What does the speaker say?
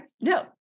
no